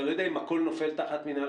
אני לא יודע אם הכול נופל תחת מנהל